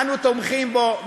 אנו תומכים בו,